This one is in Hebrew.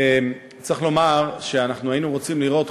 צריך לומר שאנחנו היינו רוצים לראות,